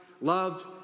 loved